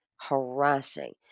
harassing